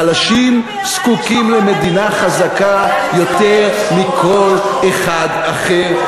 החלשים זקוקים למדינה חזקה יותר מכל אחד אחר,